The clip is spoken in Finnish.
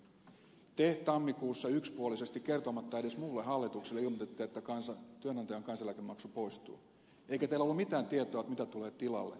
te tammikuussa yksipuolisesti kertomatta edes muulle hallitukselle ilmoititte että työnantajan kansaneläkemaksu poistuu eikä teillä ollut mitään tietoa mitä tulee tilalle